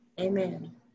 Amen